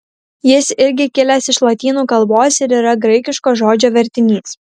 jis irgi kilęs iš lotynų kalbos ir yra graikiško žodžio vertinys